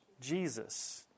Jesus